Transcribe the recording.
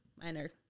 Minor